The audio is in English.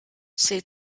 said